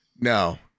No